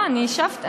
אני יושב לידה.